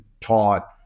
taught